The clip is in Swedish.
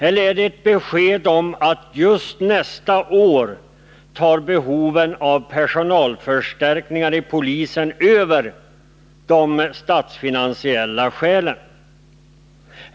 Eller är det ett besked om att behoven av personalförstärkningar inom polisen just nästa år tar över de statsfinansiella skälen?